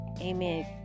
amen